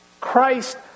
Christ